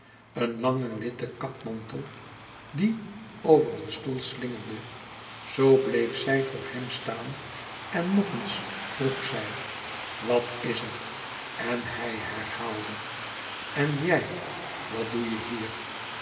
een langen witten kapmantel die over een stoel slingerde zoo bleef zij voor hem staan en nog eens vroeg zij wat is er en hij herhaalde en jij wat doe je hier